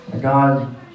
God